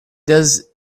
does